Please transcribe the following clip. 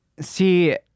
See